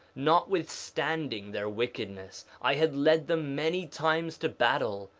notwithstanding their wickedness i had led them many times to battle,